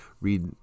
read